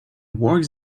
work